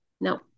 No